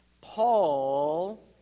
Paul